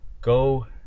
Go